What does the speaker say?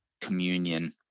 communion